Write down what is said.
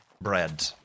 bread